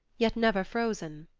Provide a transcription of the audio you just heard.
yet never frozen.